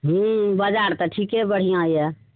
हूँ बाजार तऽ ठीके बढ़िआँ यऽ